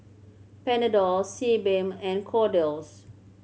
Panadol Sebamed and Kordel's